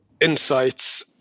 insights